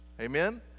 Amen